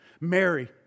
Mary